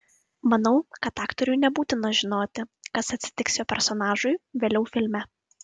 manau kad aktoriui nebūtina žinoti kas atsitiks jo personažui vėliau filme